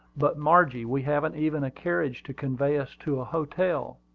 but, margie, we haven't even a carriage to convey us to a hotel.